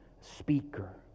speaker